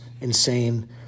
insane